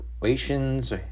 situations